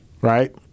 right